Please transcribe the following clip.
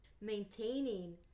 maintaining